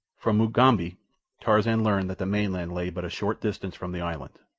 from mugambi tarzan learned that the mainland lay but a short distance from the island.